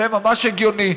ממש הגיוני.